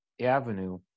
avenue